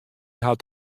hat